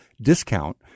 discount